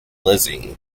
lizzie